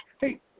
Hey